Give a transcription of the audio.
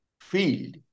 field